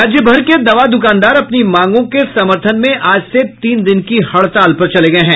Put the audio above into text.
राज्य भर के दवा द्वकानदार अपनी मांगों के समर्थन में आज से तीन दिन की हड़ताल पर चले गये हैं